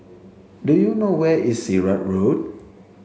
do you know where is Sirat Road